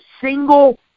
single